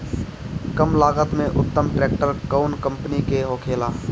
कम लागत में उत्तम ट्रैक्टर कउन कम्पनी के होखेला?